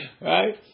right